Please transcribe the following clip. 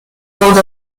vezont